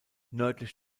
nördlich